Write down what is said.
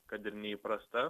kad ir neįprasta